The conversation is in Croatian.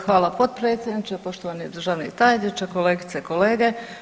Hvala, potpredsjedniče, poštovani državni tajniče, kolegice i kolege.